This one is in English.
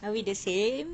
are we the same